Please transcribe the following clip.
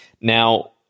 Now